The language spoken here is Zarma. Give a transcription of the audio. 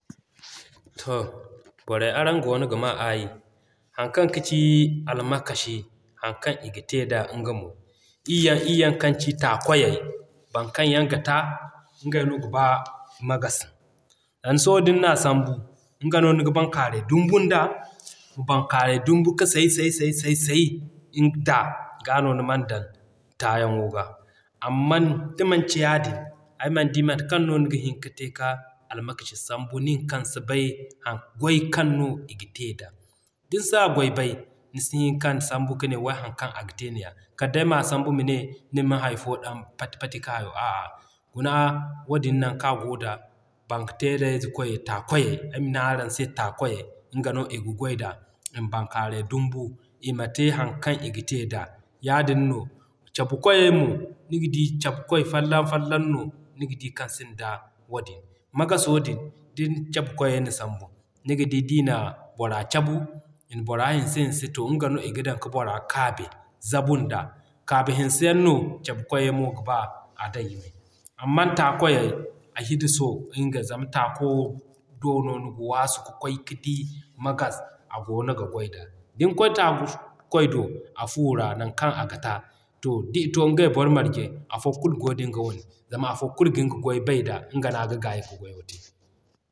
To borey araŋ goono ga maa aayi. Haŋ kaŋ kaci Almakashi, haŋ kaŋ i ga te da nga mo ii yaŋ ii yaŋ kaŋ ci Taa kwayey, baŋ kaŋ yaŋ ga taa ngey no ga ba magasi don sohõ din na sambu, nga no niga bankaaray dumbun da ma bankaaray dumbu ka say say say say say din taa. Gaa no niman dan taayaŋo ga. Amman da manci yaadin, ay mana di mate kaŋ ni ga hin ka te ka almakashi sambu nin kaŋ si bay haŋ gway kaŋ no iga te da. Din sa gway bay, ni si hin kan sambu ka ne way haŋ kaŋ aga te neeya. Kal day m'a sambu mane nima hay fo dan pati-pati ka hayo a'a. Guna wadin naŋ kaŋ a goo da kwayey, taa kwayey ay ma ne araŋ se taa kwayey nga no i ga gway da. Ima bankaaray dumbun ima te haŋ kaŋ i ga te da. Yaadin no Cabu kwayey mo, niga di Cabu kwaay folloŋ folloŋ no niga di kaŋ sinda wadin. Magaso din da Cabu kwayey na sambu, niga di d'i na bora cabu, ina bora hinse-hinse nga no iga dan ka bora kaabe zabun da. Kaabe hinse yaŋ no Cabu kwayey mo ga b'a a dayyan. Amman Taa kwayey taa ko doo noo niga waasu ka kwaay ka di magas a goono ga gway da. Din kwaay taamu kwaay do fuura naŋ kaŋ aga taa, to d'i to ngey boro marje, afo kulu goo dinga wane zama afo kulu gin ga gway bay da nga no aga gaayi ka gwayo te.